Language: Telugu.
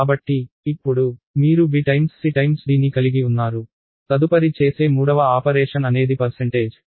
కాబట్టి ఇప్పుడు మీరు b c d ని కలిగి ఉన్నారు తదుపరి చేసే మూడవ ఆపరేషన్ అనేది పర్సెంటేజ్